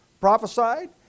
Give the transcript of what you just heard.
prophesied